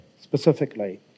specifically